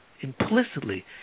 Implicitly